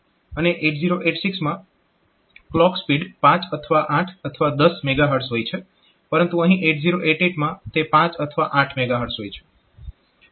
અને 8086 માં clock speed 5 અથવા 8 અથવા 10 MHz હોય છે પરંતુ અહીં 8088 માં તે 5 અથવા 8 MHz હોય છે